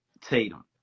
Tatum